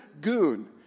goon